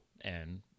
and-